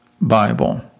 Bible